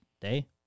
day